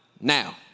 now